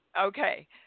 Okay